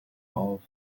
auf